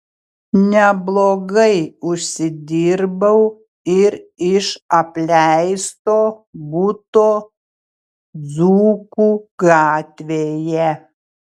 neblogai užsidirbau ir iš apleisto buto dzūkų gatvėje